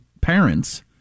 parents